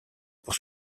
pour